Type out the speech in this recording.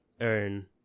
earn